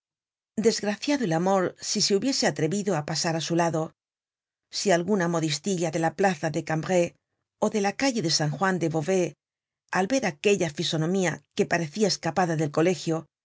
desgraciado el amor si se hubiese atrevido á pasar á su lado si alguna modistilla de la plaza de cambray ó de la calle de san juan de beauvais al ver aquella fisonomía que parecia escapada del colegio